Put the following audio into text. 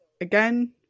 again